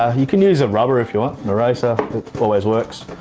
ah you can use a rubber if you want, an eraser always works.